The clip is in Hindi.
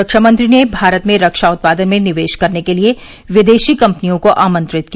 रक्षामंत्री ने भारत में रक्षा उत्पादन में निवेश करने के लिए विदेशी कंपनियों को आमंत्रित किया